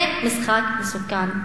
זה משחק מסוכן.